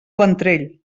ventrell